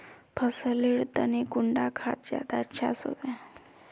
फसल लेर तने कुंडा खाद ज्यादा अच्छा सोबे?